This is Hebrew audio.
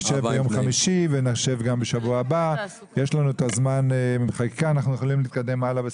צריך להבין שאנחנו צריכים את החיבוק מכם ולא אהבה בתנאים.